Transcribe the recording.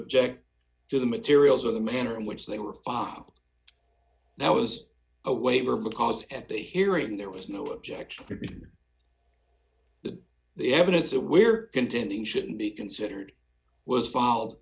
object to the materials or the manner in which they were filed that was a waiver because at that hearing there was no objection could be the evidence that we're contending should be considered was filed